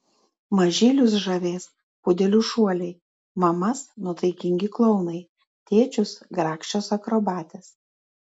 mažylius žavės pudelių šuoliai mamas nuotaikingi klounai tėčius grakščios akrobatės